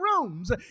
rooms